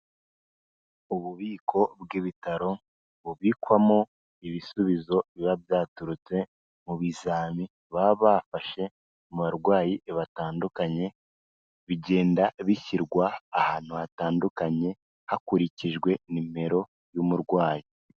Ububiko bw'ibitaro, bubikwamo ibisubizo biba byaturutse mu bizami baba bafashe mu barwayi batandukanye, bigenda bishyirwa ahantu hatandukanye, hakurikijwe nimero y'umurwayi.